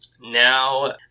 now